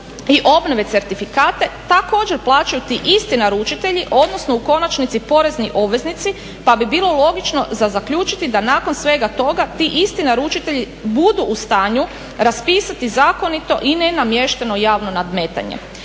i obnove certifikate također plaćati isti naručitelji odnosno u konačnici porezni obveznici pa bi bilo logično za zaključiti da nakon svega toga ti isti naručitelji budu u stanju raspisati zakonito i nenamješteno javno nadmetanje.